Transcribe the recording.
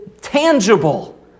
tangible